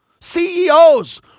CEOs